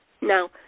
Now